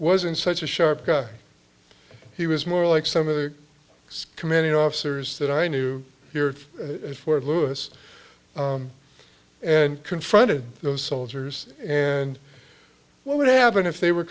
wasn't such a sharp guy he was more like some of the commanding officers that i knew here at fort lewis and confronted those soldiers and what would happen if they were